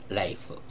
life